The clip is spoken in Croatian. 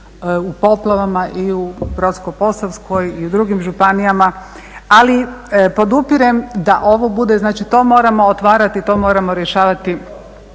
u poplavama i u Brodsko-posavskoj i u drugim županijama. Ali podupirem da ovo bude, znači to moramo otvarati, to moramo rješavati